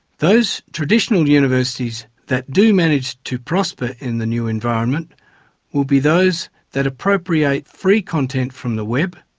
those traditional universities that do manage to prosper in the new environment will be those that appropriate free content from the web,